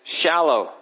shallow